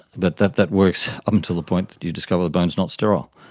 but that that works up until the point that you discover the bone is not sterile.